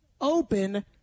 Open